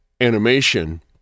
animation